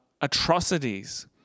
atrocities